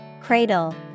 cradle